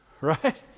Right